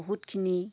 বহুতখিনি